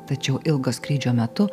tačiau ilgo skrydžio metu